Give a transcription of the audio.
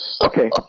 Okay